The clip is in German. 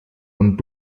und